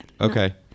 Okay